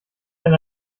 denn